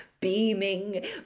beaming